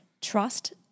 trust